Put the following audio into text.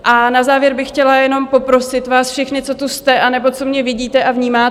A na závěr bych chtěla jenom poprosit vás všechny, co tu jste, anebo co mě vidíte a vnímáte.